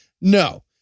No